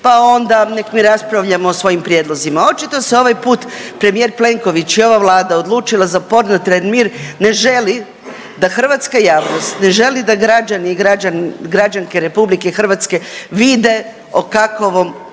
pa onda nek mi raspravljamo o svojim prijedlozima. Očito se ovaj put premijer Plenković i ova Vlada odlučila za porno termin ne želi da hrvatska javnost, ne želi da građani i građanke RH vide o kakvom